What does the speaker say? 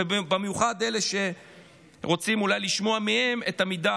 במיוחד אולי אלה שרוצים לשמוע מהם את המידע